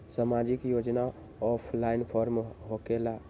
समाजिक योजना offline form होकेला?